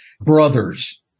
brothers